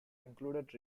included